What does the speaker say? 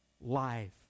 life